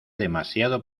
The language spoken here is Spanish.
demasiado